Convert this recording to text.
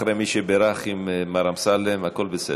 אחרי "מי שבירך" עם מר אמסלם, הכול בסדר.